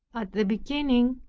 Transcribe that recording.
at the beginning,